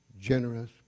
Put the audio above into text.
generous